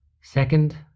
Second